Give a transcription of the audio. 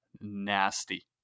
Nasty